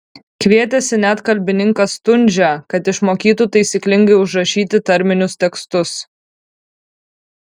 kvietėsi net kalbininką stundžią kad išmokytų taisyklingai užrašyti tarminius tekstus